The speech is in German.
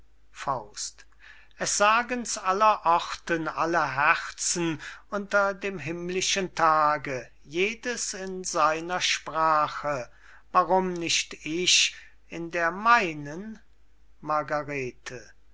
worten es sagen's aller orten alle herzen unter dem himmlischen tage jedes in seiner sprache warum nicht ich in der meinen